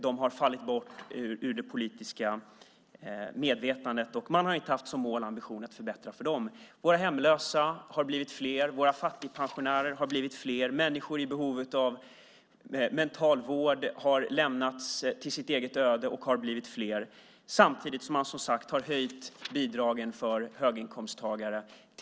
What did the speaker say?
De har fallit bort ur det politiska medvetandet, och man har inte haft som ambition att förbättra för dem. Våra hemlösa har blivit fler, och våra fattigpensionärer har blivit fler. Människor i behov av mentalvård har lämnats åt sitt eget öde och har blivit fler. Samtidigt har man höjt bidragen för höginkomsttagare.